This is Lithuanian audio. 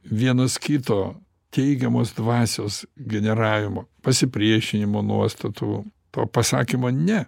vienas kito teigiamos dvasios generavimo pasipriešinimo nuostatų to pasakymo ne